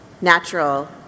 natural